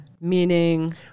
Meaning